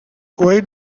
why